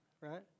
right